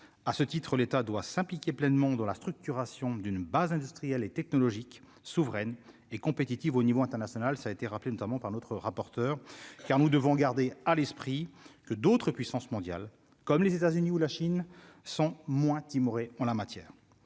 à ce titre, l'État doit s'impliquer pleinement dans la structuration d'une base industrielle et technologique souveraine et compétitive au niveau international, ça été rappelé notamment par notre rapporteur, car nous devons garder à l'esprit que d'autres puissances mondiales comme les États-Unis ou la Chine sont moins timorée en la matière,